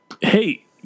Hey